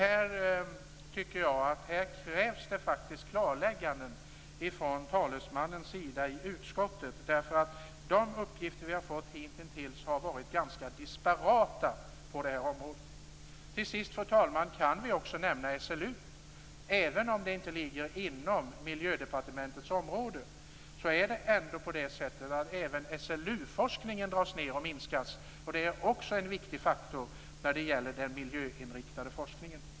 Här tycker jag att det faktiskt krävs klarlägganden från utskottets talesmans sida. De uppgifter vi har fått hitintills har varit ganska disparata på det här området. Till sist, fru talman, kan vi också nämna SLU. Även om det inte ligger inom Miljödepartementets område är det ändå på det sättet att även SLU forskningen dras ned och minskas. Det är också en viktig faktor när det gäller den miljöinriktade forskningen.